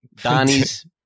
Donnie's